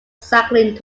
cycling